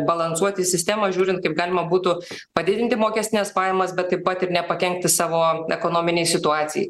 balansuoti sistemą žiūrint kaip galima būtų padidinti mokestines pajamas bet taip pat ir nepakenkti savo ekonominei situacijai